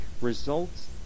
results